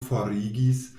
forigis